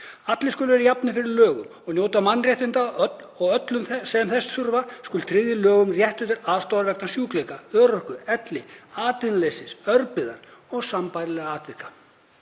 Allir skulu vera jafnir fyrir lögum og njóta mannréttinda og öllum sem þurfa skal tryggður í lögum réttur til aðstoðar vegna sjúkleika, örorku, elli, atvinnuleysis, örbirgðar og sambærilegra hluta.